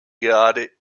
gerade